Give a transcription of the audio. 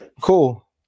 Cool